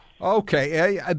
Okay